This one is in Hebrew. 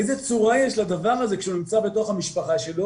איזה צורה יש לדבר הזה כשהוא נמצא בתוך המשפחה שלו